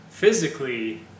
Physically